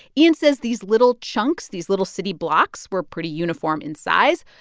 ian says these little chunks, these little city blocks, were pretty uniform in size,